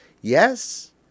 Yes